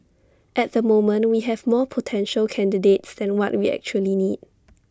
at the moment we have more potential candidates than what we actually need